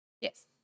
Yes